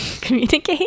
communicate